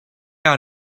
out